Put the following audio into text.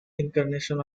incarnation